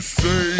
say